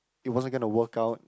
it wasn't going to work out